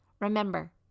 Remember